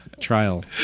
trial